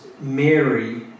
Mary